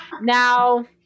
Now